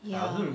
ya